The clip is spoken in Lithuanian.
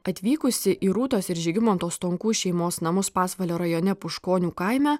atvykusi į rūtos ir žygimanto stonkų šeimos namus pasvalio rajone puškonių kaime